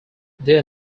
their